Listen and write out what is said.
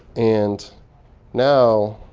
and now